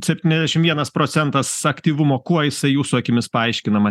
septyniasdešim vienas procentas aktyvumo kuo jisai jūsų akimis paaiškinamas